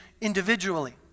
individually